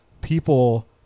people